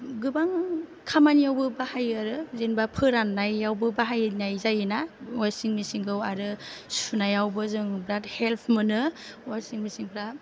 गोबां खामानियावबो बाहायो आरो जेनबा फोराननायावबो बाहायनाय जायो ना अवासिं मेसिन खौ आरो सुनायावबो जों बिराथ हेल्प मोनो अवासिं मेसिन फ्रा